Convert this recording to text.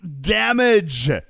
damage